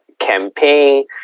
campaign